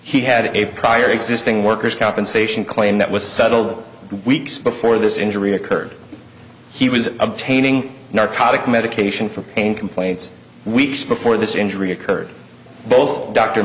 he had a prior existing worker's compensation claim that was settled weeks before this injury occurred he was obtaining narcotic medication for pain complaints weeks before this injury occurred both dr